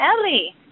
Ellie